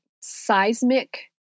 seismic